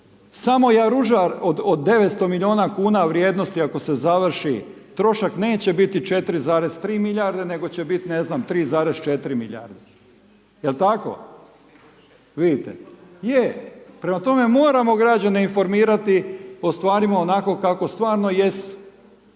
samo Jaružar od 900 milijuna kn vrijednosti ako se završi, trošak neće biti 4,3 milijarde, nego će biti ne znam 3,4 milijarde. Jel tako? Vidite, je. Prema tome, moramo građane informirati o stvarima onako kako stvarno jesu.